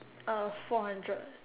uh four hundred